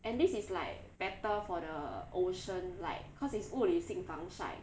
and this is like better for the ocean like because it's 物理性防晒